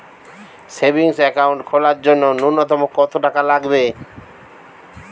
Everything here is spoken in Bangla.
সেভিংস একাউন্ট খোলার জন্য নূন্যতম কত টাকা লাগবে?